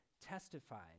testified